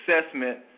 assessment